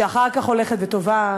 שאחר כך הולכת ותובעת,